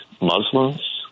Muslims